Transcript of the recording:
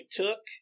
took